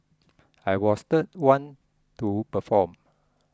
I was the one to perform